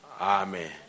Amen